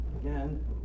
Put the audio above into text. again